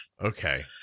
Okay